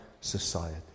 society